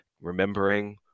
remembering